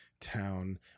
town